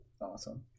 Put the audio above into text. Awesome